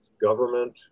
government